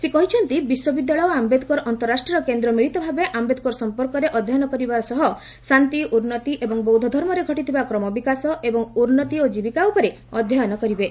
ସେ କହିଛନ୍ତି ବିଶ୍ୱବିଦ୍ୟାଳୟ ଏବଂ ଆୟେଦକର ଅନ୍ତରାଷ୍ଟ୍ରୀୟ କେନ୍ଦ୍ର ମିଳିତଭାବେ ଆୟେଦକର ସମ୍ପର୍କରେ ଅଧ୍ୟୟନ କରିବାର ସହ ଶାନ୍ତି ଉନ୍ନତି ଏବଂ ବୌଦ୍ଧଧର୍ମରେ ଘଟିଥିବା କ୍ରମ ବିକାଶ ଏବଂ ଉନ୍ନତି ଓ ଜୀବିକା ଉପରେ ଅଧ୍ୟୟନ କରିବେ